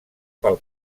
pel